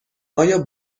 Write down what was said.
آیا